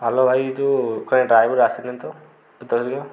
hello ଭାଇ ଯେଉଁ କାଇଁ ଡ୍ରାଇଭର୍ ଆସିନି ତ